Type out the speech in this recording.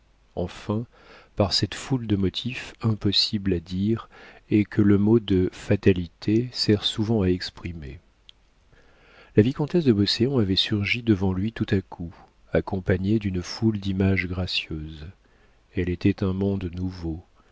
enfin par cette foule de motifs impossibles à dire et que le mot de fatalité sert souvent à exprimer la vicomtesse de beauséant avait surgi devant lui tout à coup accompagnée d'une foule d'images gracieuses elle était un monde nouveau